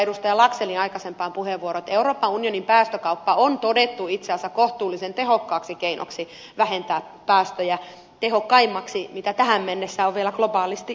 laxellin aikaisempaan puheenvuoroon että euroopan unionin päästökauppa on todettu itse asiassa kohtuullisen tehokkaaksi keinoksi vähentää päästöjä tehokkaimmaksi mitä tähän mennessä on vielä globaalisti löytynyt